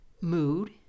mood